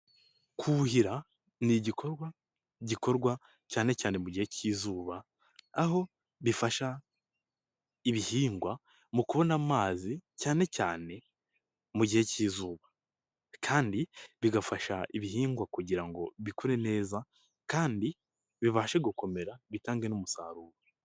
Kuhira ni igikorwa gikorwa cyane cyane mu gihe cy'izuba, aho bifasha ibihingwa mu kubona amazi cyane cyane mu gihe cy'izuba kandi bigafasha ibihingwa kugira ngo bikure neza kandi bibashe gukomera bitange n'umusaruro.